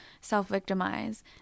self-victimize